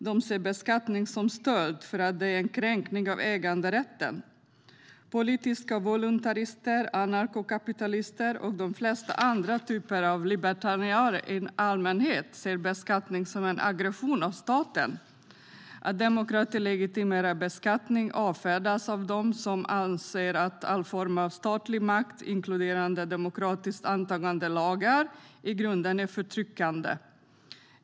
De ser beskattning som stöld därför att det är en kränkning av äganderätten. Politiska voluntarister, anarkokapitalister och de flesta andra typer av libertarianer i allmänhet ser beskattning som en aggression av staten. Att demokrati legitimerar beskattning avfärdas av dem som anser att all form av statlig makt, inkluderande demokratiskt antagna lagar, i grunden är förtryckande.